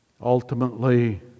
ultimately